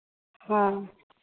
हाँ